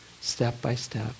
step-by-step